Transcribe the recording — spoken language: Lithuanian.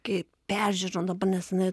kaip peržiūrom dabar nesenai